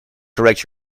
correct